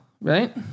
right